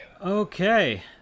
Okay